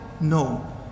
No